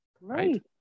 Right